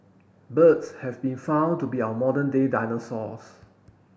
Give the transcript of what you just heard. birds have been found to be our modern day dinosaurs